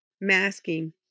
masking